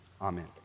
Amen